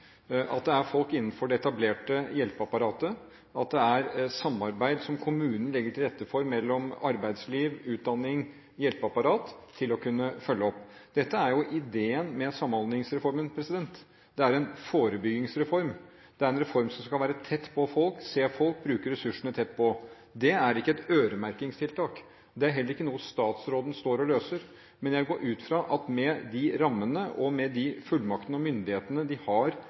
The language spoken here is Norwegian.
at kommunen legger til rette for samarbeid mellom arbeidsliv, utdanning og hjelpeapparat slik at de kan følge opp. Dette er jo ideen med Samhandlingsreformen: Det er en forebyggingsreform. Det er en reform som skal være tett på folk, se folk og bruke ressursene tett på. Det er ikke et øremerkingstiltak. Det er heller ikke noe statsråden står her og løser, men jeg går ut fra at med de rammene og med de fullmaktene og myndighetene de har